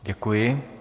Děkuji.